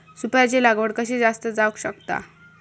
सुपारीची लागवड कशी जास्त जावक शकता?